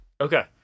Okay